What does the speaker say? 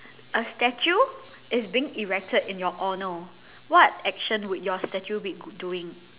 a statue is being erected in your honour what action would your statue be doing